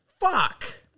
Fuck